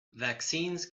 vaccines